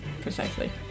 precisely